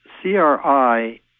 CRI